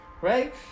right